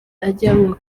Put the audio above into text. ajyanwa